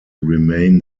remain